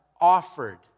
offered